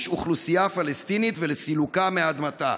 האוכלוסייה הפלסטינית ולסילוקה מאדמתה.